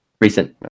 Recent